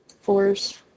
Fours